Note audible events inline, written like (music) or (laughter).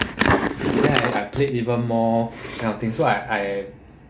(noise) then I played even more kind of thing so I I